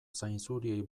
zainzuriei